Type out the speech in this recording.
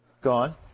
Gone